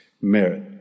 merit